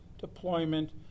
deployment